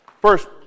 first